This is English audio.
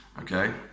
Okay